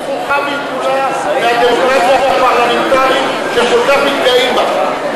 עושים חוכא ואטלולא מהדמוקרטיה הפרלמנטרית שהם כל כך מתגאים בה,